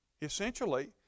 essentially